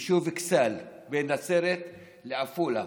אכסאל, שהוא בין נצרת לעפולה.